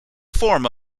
form